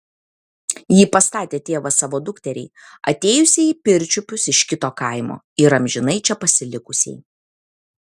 jį pastatė tėvas savo dukteriai atėjusiai į pirčiupius iš kito kaimo ir amžinai čia pasilikusiai